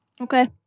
Okay